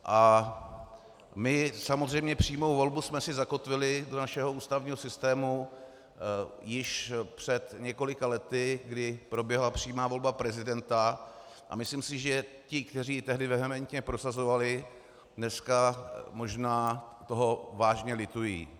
A my samozřejmě přímou volbu jsme si zakotvili do našeho ústavního systému již před několika lety, kdy proběhla přímá volba prezidenta, a myslím si, že ti, kteří ji tehdy vehementně prosazovali, dneska toho možná vážně litují.